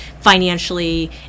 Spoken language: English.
financially